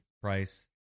price